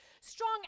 strong